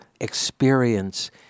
experience